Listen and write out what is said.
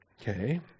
Okay